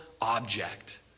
object